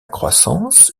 croissance